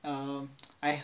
um I